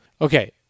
Okay